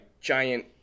giant